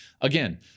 Again